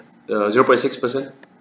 err zero point six percent